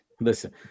Listen